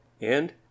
And